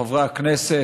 חברי הכנסת,